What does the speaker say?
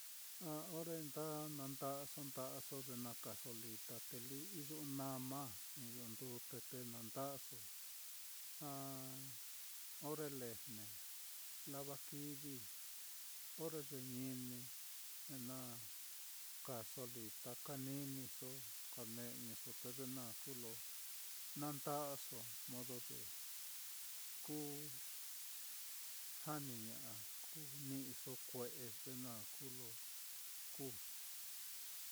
Ah ore nda na nda'aso nda'aso ye na kaaso lita, te lí iyu'u nama iyu'u ndute te na nda'aso, a ore lejne, lava kivi, ore yeñini, na kaaso lita kaniniso, ka ne'ñuso, te ye naá kuu lo na nda'aso modo ye kú janiña'a, kú ni'iso kue'e, ye naá kuu lo kuu.